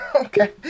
okay